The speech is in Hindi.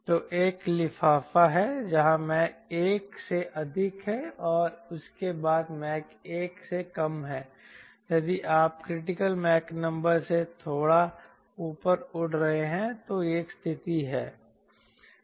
तो एक लिफाफा है जहां मैक 1 से अधिक है और उसके बाद मैक1 से कम है यदि आप क्रिटिकल मैक नंबर से थोड़ा ऊपर उड़ रहे हैं तो यह स्थिति है